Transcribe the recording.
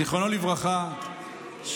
זיכרונו לברכה,